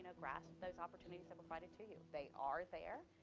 grasp those opportunities that were provided to you, they are there.